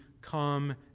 come